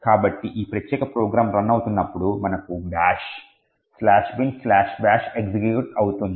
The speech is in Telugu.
కాబట్టి ఈ ప్రత్యేక ప్రోగ్రామ్ రన్ అవుతున్నప్పుడు మనకు bash "binbash" ఎగ్జిక్యూట్ అవుతుంది